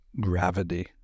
gravity